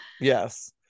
Yes